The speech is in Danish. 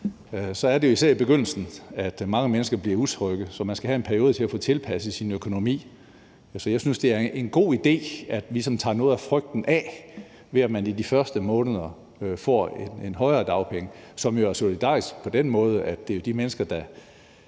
er det jo især i begyndelsen, mange mennesker bliver utrygge; man skal have en periode til at få tilpasset sin økonomi. Så jeg synes, det er en god idé, at vi ligesom tager noget af frygten væk, ved at man i de første måneder får en højere dagpengesats, og som jo er solidarisk på den måde, at det gælder de mennesker, der